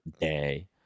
day